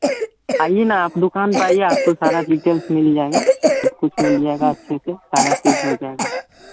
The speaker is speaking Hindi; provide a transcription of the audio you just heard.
आइए ना आप दुकान पर आइए आपको सारा डिटेल्स मिल जाएगा सबकुछ मिल जाएगा अच्छे से सारा चीज़ हो जाएगा